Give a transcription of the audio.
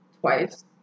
twice